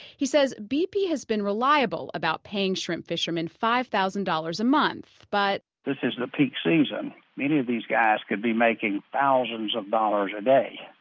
he says bp has been reliable about paying shrimp fisherman five thousand dollars a month but, this is the peak season, many of these guys could be making thousand of dollars a day,